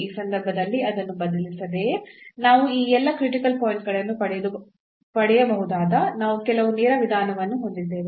ಈ ಸಂದರ್ಭದಲ್ಲಿ ಅದನ್ನು ಬದಲಿಸದೆಯೇ ನಾವು ಈ ಎಲ್ಲಾ ಕ್ರಿಟಿಕಲ್ ಪಾಯಿಂಟ್ ಗಳನ್ನು ಪಡೆಯಬಹುದುದಾದ ನಾವು ಕೆಲವು ನೇರ ವಿಧಾನವನ್ನು ಹೊಂದಿದ್ದೇವೆ